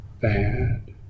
bad